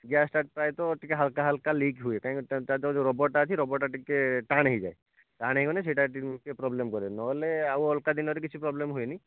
gas ଟା ପ୍ରାୟେ ତ ଟିକିଏ ହାଲ୍କା ହାଲ୍କା ଲିକ୍ ହୁଏ କାହିଁକି ତା ଯୋଉ ରବର୍ଟା ଅଛି ରବର୍ଟା ଟିକିଏ ଟାଣ୍ ହେଇଯାଏ ଟାଣ୍ ହେଇଗଲେ ସେଇଟା ଟିକିଏ ପ୍ରୋବ୍ଲେମ୍ କରେ ନହେଲେ ଆଉ ଅଲ୍ଗା ଦିନରେ କିଛି ପ୍ରୋବ୍ଲେମ୍ ହୁଏନି